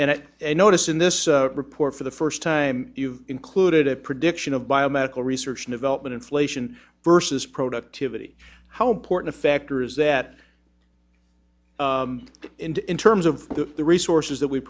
a notice in this report for the first time you've included a prediction of biomedical research and development inflation versus productivity how important factor is that in terms of the resources that we